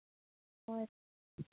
ᱦᱳᱭ